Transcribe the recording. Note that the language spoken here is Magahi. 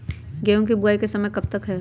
गेंहू की बुवाई का समय कब तक है?